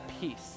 peace